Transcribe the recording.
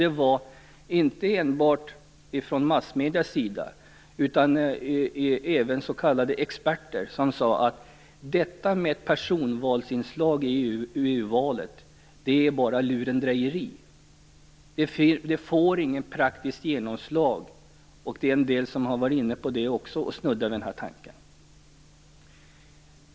Det sades inte enbart från massmediernas sida utan även av s.k. experter att detta med personvalsinslag i EU-valet bara var lurendrejeri som inte får något praktiskt genomslag. Även andra har snuddat vid den här tanken.